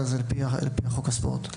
על פי חוק הספורט.